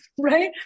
right